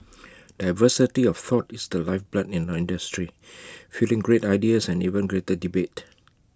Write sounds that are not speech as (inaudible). diversity of thought is the lifeblood in nine industry (noise) fuelling great ideas and even greater debate